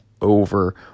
over